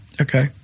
Okay